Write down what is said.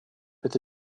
это